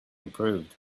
improved